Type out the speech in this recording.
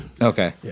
Okay